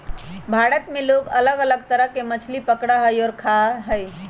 भारत में लोग अलग अलग तरह के मछली पकडड़ा हई और खा हई